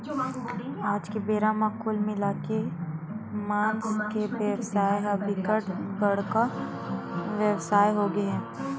आज के बेरा म कुल मिलाके के मांस के बेवसाय ह बिकट बड़का बेवसाय होगे हे